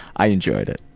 i enjoyed it.